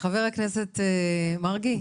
חבר הכנסת מרגי,